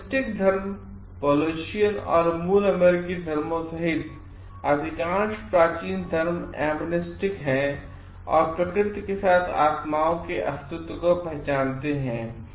animistic धर्म Polynesian और मूल अमेरिकी धर्मों सहित अधिकांश प्राचीन धर्म एनिमिस्टिक हैं और प्रकृति के साथ आत्माओं के अस्तित्व को पहचानते हैं